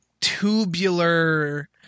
tubular